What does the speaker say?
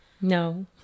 No